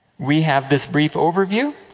we have this brief overview.